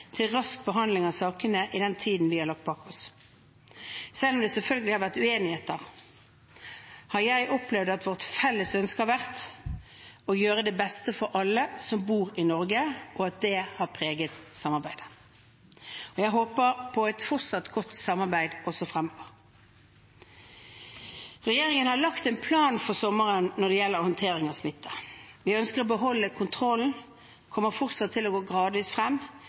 til rask behandling av sakene i tiden vi har lagt bak oss. Selv om det selvfølgelig har vært uenigheter, har jeg opplevd at vårt felles ønske har vært å gjøre det beste for alle som bor i Norge, og at det har preget samarbeidet. Jeg håper på et fortsatt godt samarbeid også fremover. Regjeringen har lagt en plan for sommeren når det gjelder håndtering av smitte. Vi ønsker å beholde kontrollen og kommer fortsatt til å gå gradvis frem.